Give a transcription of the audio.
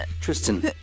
Tristan